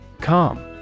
Calm